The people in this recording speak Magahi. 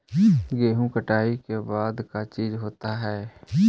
गेहूं कटाई के बाद का चीज होता है?